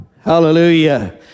hallelujah